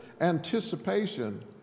anticipation